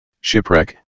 shipwreck